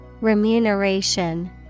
Remuneration